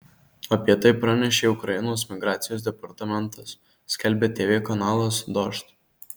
apie tai pranešė ukrainos migracijos departamentas skelbia tv kanalas dožd